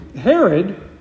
Herod